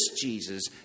Jesus